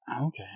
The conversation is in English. Okay